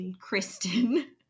Kristen-